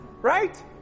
Right